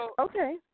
Okay